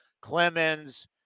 Clemens